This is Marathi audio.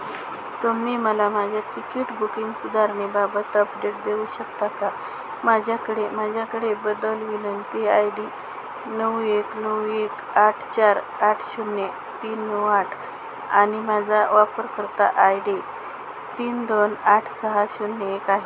तुम्ही मला माझ्या तिकीट बुकिंग सुधारणेबाबत अपडेट देऊ शकता का माझ्याकडे माझ्याकडे बदल विनंती आय डी नऊ एक नऊ एक आठ चार आठ शून्य तीन नऊ आठ आणि माझा वापरकर्ता आय डी तीन दोन आठ सहा शून्य एक आहे